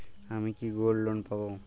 আমি কি gold loan পাবো?